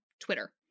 Twitter